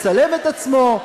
מצלם את עצמו.